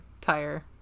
tire